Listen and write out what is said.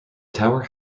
tower